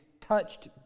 touched